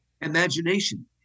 imagination